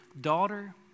Daughter